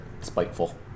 spiteful